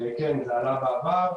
כן, זה עלה בעבר.